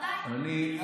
גם אני תומך.